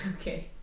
okay